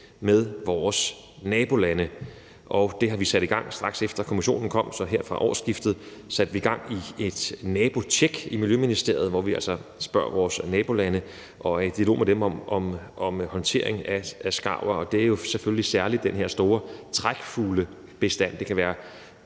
med vores nabolande, og det har vi sat i gang. Straks efter at kommissionen kom, satte vi i Miljøministeriet her fra årsskiftet gang i et nabotjek, hvor vi altså spørger vores nabolande og er i dialog med dem om håndteringen af skarver, og det er jo selvfølgelig særlig den her store trækfuglebestand.